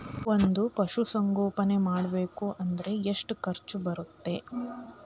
ಒಂದ್ ಪಶುಸಂಗೋಪನೆ ಮಾಡ್ಬೇಕ್ ಅಂದ್ರ ಎಷ್ಟ ಖರ್ಚ್ ಬರತ್ತ?